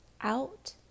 out